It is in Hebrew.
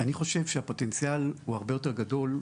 אני חושב שהפוטנציאל הוא הרבה יותר גדול,